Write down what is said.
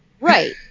right